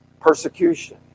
persecution